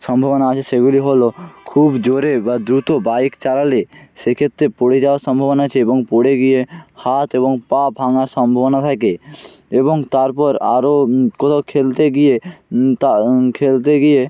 সম্ভাবনা আছে সেগুলি হলো খুব জোরে বা দ্রুত বাইক চালালে সেক্ষেত্রে পড়ে যাওয়ার সম্ভাবনা আছে এবং পড়ে গিয়ে হাত এবং পা ভাঙার সম্ভাবনা থাকে এবং তারপর আরও কোথাও খেলতে গিয়ে তা খেলতে গিয়ে